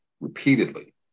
Repeatedly